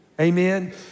Amen